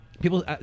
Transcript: people